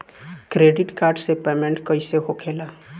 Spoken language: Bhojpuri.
क्रेडिट कार्ड से पेमेंट कईसे होखेला?